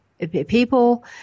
People